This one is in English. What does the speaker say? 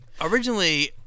originally